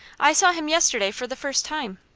i saw him yesterday for the first time.